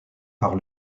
par